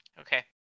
Okay